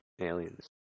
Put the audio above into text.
aliens